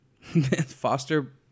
Foster